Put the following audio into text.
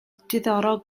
diddorol